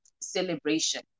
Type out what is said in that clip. celebration